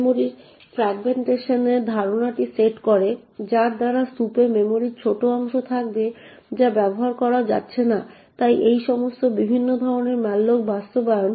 মেমরির ফ্র্যাগমেন্টেশনের ধারণাটি সেট করে যার দ্বারা স্তুপে মেমরির ছোট অংশ থাকবে যা ব্যবহার করা যাচ্ছে না তাই এই সমস্ত বিভিন্ন ধরণের ম্যালোক বাস্তবায়ন